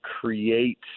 create